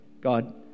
God